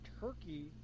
turkey